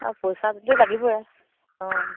অঁ পইচা পাতিটো লাগিবই অঁ